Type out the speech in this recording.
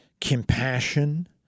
Compassion